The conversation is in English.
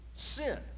sin